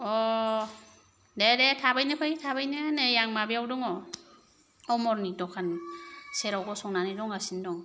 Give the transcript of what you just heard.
अ दे दे थाबैनो फै थाबैनो नै आं माबायाव दङ अमरनि दखान सेराव गसंनानै दंगासिनो दं